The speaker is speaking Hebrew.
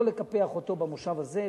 לקפח אותו במושב הזה,